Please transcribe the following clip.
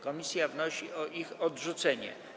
Komisja wnosi o ich odrzucenie.